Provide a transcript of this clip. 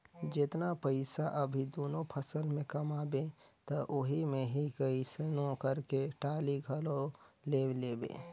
जेतना पइसा अभी दूनो फसल में कमाबे त ओही मे ही कइसनो करके टाली घलो ले लेबे